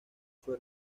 fue